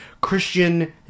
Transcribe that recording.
Christian